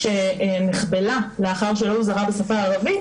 שנחבלה לאחר שלא הוזהרה בשפה הערבית.